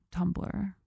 Tumblr